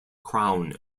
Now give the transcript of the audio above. crown